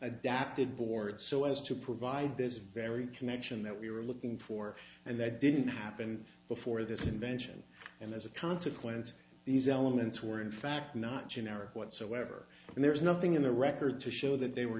adapted board so as to provide this very connection that we were looking for and that didn't happen before this invention and as a consequence these elements were in fact not generic whatsoever and there's nothing in the record to show that they were